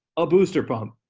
a booster pump.